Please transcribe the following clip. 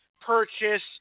purchase